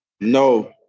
No